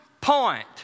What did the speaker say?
point